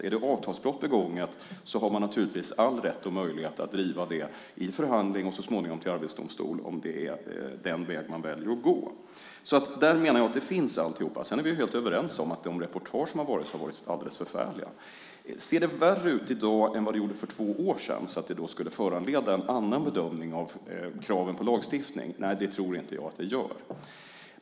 Om ett avtalsbrott är begånget har man naturligtvis all rätt och alla möjligheter att driva frågan i en förhandling och så småningom till Arbetsdomstolen, ifall det är den väg man väljer att gå. Jag menar att alltihopa finns där. Sedan är vi helt överens om att de reportage som sänts varit alldeles förfärliga. Ser det värre ut i dag än det gjorde för två år sedan, så att det skulle föranleda en annan bedömning av kraven på lagstiftning? Nej, det tror jag inte att det gör.